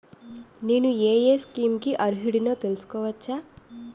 నేను యే యే స్కీమ్స్ కి అర్హుడినో తెలుసుకోవచ్చా?